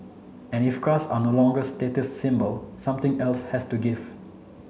and if cars are no longer status symbol something else has to give